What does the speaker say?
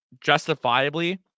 Justifiably